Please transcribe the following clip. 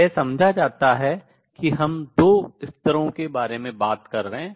यह समझा आता है कि हम दो स्तरों के बारे में बात कर रहे हैं